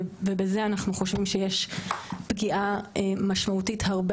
ובזה אנחנו חושבים שיש פגיעה משמעותית הרבה